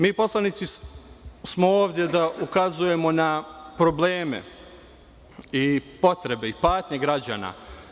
Mi poslanici smo ovde da ukazujemo na probleme i potrebe i patnje građana.